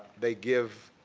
they give